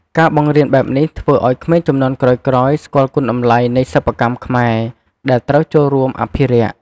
ការបង្រៀនបែបនេះជួយធ្វើឲ្យក្មេងជំនាន់ក្រោយៗ ស្គាល់គុណតម្លៃនៃសិប្បកម្មខ្មែរ ដែលត្រូវចូលរួមអភិរក្ស ។